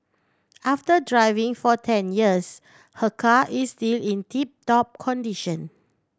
after driving for ten years her car is still in tip top condition